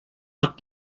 look